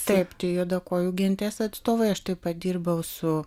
taip tai juodakojų genties atstovai aš taip pat padirbau su